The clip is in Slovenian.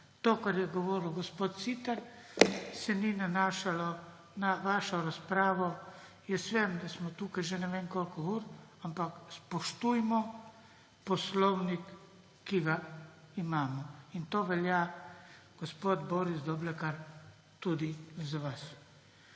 To, kar je govoril gospod Siter, se ni nanašalo na vašo razpravo. Jaz vem, da smo tukaj že ne vem koliko ur, ampak spoštujmo poslovnik, ki ga imamo. In to velja, gospod Boris Doblekar, tudi za vas.